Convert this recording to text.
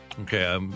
Okay